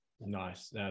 Nice